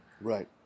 Right